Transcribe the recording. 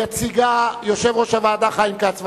יציגה יושב-ראש הוועדה, חיים כץ.